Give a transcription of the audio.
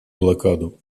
блокаду